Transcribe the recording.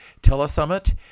telesummit